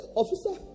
officer